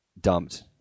dumped